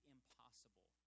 Impossible